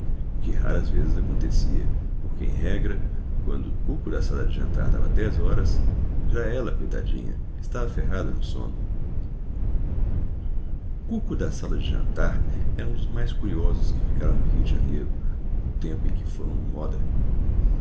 o que raras vezes acontecia porque em regra quando o cuco da sala de jantar dava dez horas já ela coitadinha estava ferrada no sono o cuco da sala de jantar era um dos mais curiosos que ficaram no rio de janeiro do tempo em que foram moda